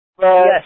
Yes